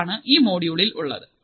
ഇതാണ് ഈ മോഡ്യൂളിൽ ഉള്ളത്